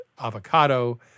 avocado